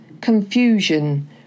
confusion